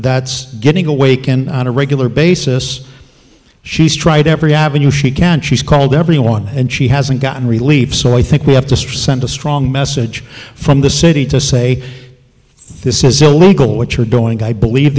that's getting awakened on a regular basis she's tried every avenue she can she's called everyone and she hasn't gotten relief so i think we have to stretch send a strong message from the city to say for this is illegal what you're doing i believe